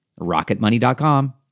Rocketmoney.com